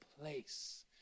place